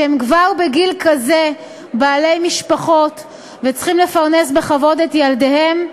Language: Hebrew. שהם כבר בגיל כזה בעלי משפחות וצריכים לפרנס בכבוד את ילדיהם,